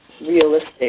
realistic